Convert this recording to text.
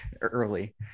early